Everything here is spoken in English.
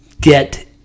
get